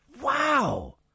Wow